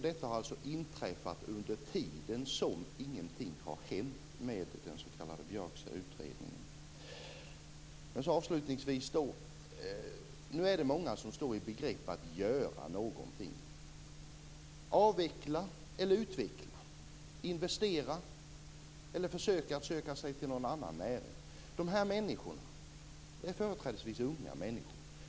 Detta har inträffat under tiden som ingenting har hänt med den s.k. Många står i begrepp att göra någonting, avveckla eller utveckla, investera eller söka sig till någon annan näring. Detta är företrädesvis unga människor.